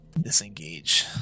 disengage